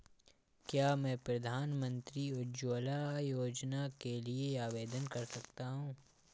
क्या मैं प्रधानमंत्री उज्ज्वला योजना के लिए आवेदन कर सकता हूँ?